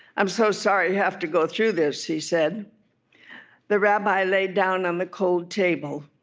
i'm so sorry you have to go through this he said the rabbi lay down on the cold table.